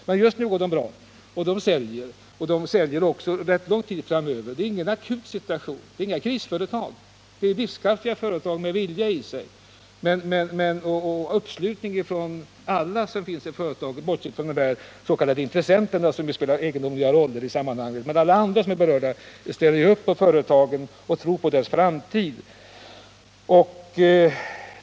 Men just nu går de bra, och de säljer också för ganska lång tid framöver. Det är alltså ingen akut situation, och det rör sig inte om krisföretag. Det är livskraftiga företag med vilja i sig och uppslutning från alla i företagen — bortsett från de s.k. intressenterna som spelar egendomliga roller i sammanhanget. Men alla andra berörda ställer upp och tror på företagens framtid.